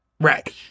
right